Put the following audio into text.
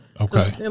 okay